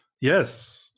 Yes